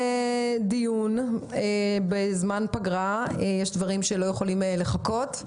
זה דיון בזמן פגרה כי יש דברים שלא יכולים לחכות.